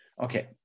Okay